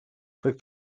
click